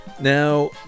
Now